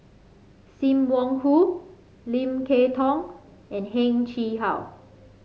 Sim Wong Hoo Lim Kay Tong and Heng Chee How